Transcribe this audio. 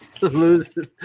lose